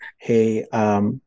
hey